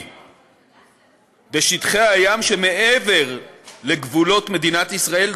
בשטחי הים שמעבר לגבולות מדינת ישראל,